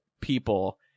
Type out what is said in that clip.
people